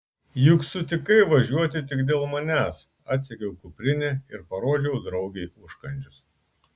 juk sutikai važiuoti tik dėl manęs atsegiau kuprinę ir parodžiau draugei užkandžius